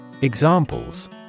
EXAMPLES